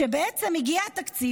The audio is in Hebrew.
שבעצם הגיע התקציב.